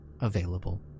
available